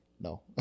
no